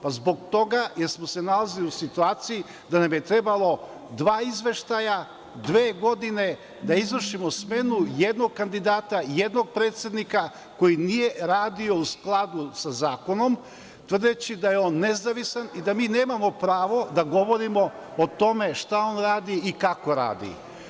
Pa, zbog toga jer smo se nalazili u situaciji da nam je trebalo dva izveštaja, dve godine, da izvršimo smenu jednog kandidata, jednog predsednika koji nije radio u skladu sa zakonom, tvrdeći da je on nezavisan i da mi nemamo pravo da govorimo o tome šta on radi i kako radi.